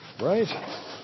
right